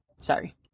Sorry